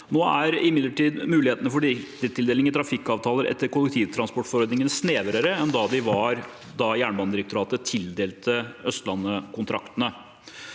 Nå er imidlertid mulighetene for direktetildeling i trafikkavtaler etter kollektivtransportforordningen snevrere enn det de var da Jernbanedirektoratet tildelte Østlandet-kontraktene.